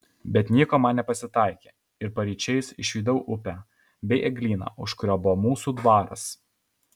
bet nieko man nepasitaikė ir paryčiais išvydau upę bei eglyną už kurio buvo mūsų dvaras